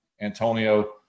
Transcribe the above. Antonio